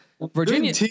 Virginia